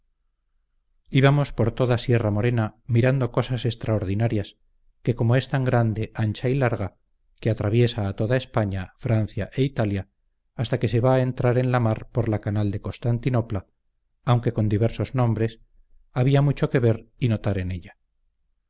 íbamos por toda sierra-morena mirando cosas entreordinarias que como es tan grande ancha y larga que atraviesa a toda españa francia e italia hasta que se va a entrar en la mar por la canal de constantinopla aunque con diversos nombres había